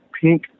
pink